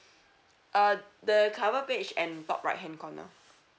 uh the cover page and top right hand corner